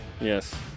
Yes